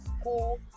school